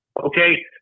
okay